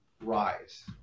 rise